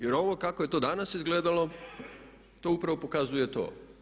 Jer ovo kako je to danas izgledalo to upravo pokazuje to.